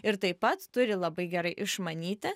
ir taip pat turi labai gerai išmanyti